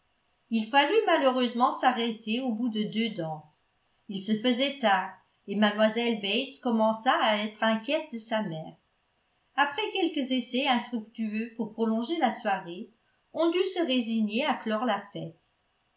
il fallut malheureusement s'arrêter au bout de deux danses il se faisait tard et mlle bates commença à être inquiète de sa mère après quelques essais infructueux pour prolonger la soirée on dut se résigner à clore la fête